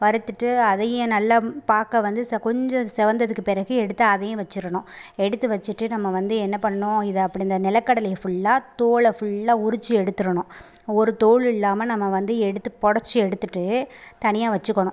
வறுத்துட்டு அதையும் நல்லா பார்க்க வந்து செ கொஞ்சம் சிவந்ததுக்கு பிறகு எடுத்து அதையும் வச்சுரணும் எடுத்து வச்சுட்டு நம்ம வந்து என்ன பண்ணணும் இதை அப்படி இந்த நிலக்கடலையை ஃபுல்லாக தோலை ஃபுல்லாக உறித்து எடுத்துரணும் ஒரு தோல் இல்லாமல் நம்ம வந்து எடுத்து பொடச்சு எடுத்துகிட்டு தனியாக வச்சுக்கணும்